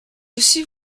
aussi